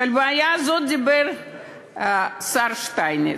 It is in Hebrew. ועל הבעיה הזאת דיבר השר שטייניץ,